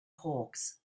hawks